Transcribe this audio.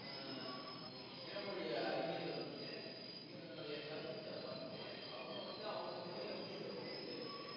பிற மொழி அறிஞர்கள் வந்து இதனுடைய கருத்துக்கள பார்த்துட்டு அவங்க வந்து அவங்க மொழியில் வந்து இதை மொழி பெயர்த்து